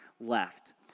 left